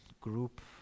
group